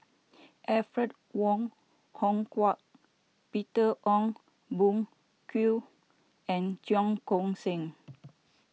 Alfred Wong Hong Kwok Peter Ong Boon Kwee and Cheong Koon Seng